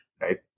right